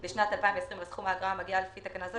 לשנת 2020 על סכום האגרה המגיעה לפי תקנה זו